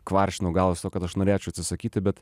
kvaršinau galvą su tuo kad aš norėčiau atsisakyti bet